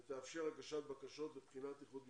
היא תאפשר הגשת בקשות לבחינת איחוד משפחות.